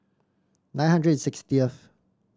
nine hundred and sixtieth